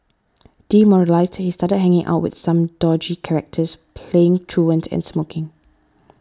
demoralised he started hanging out with some dodgy characters playing truant and smoking